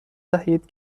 دهید